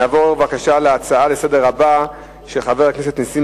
נעבור להצעה הבאה לסדר-היום של חבר הכנסת נסים